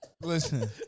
Listen